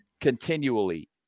continually